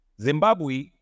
Zimbabwe